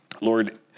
Lord